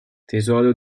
tesoro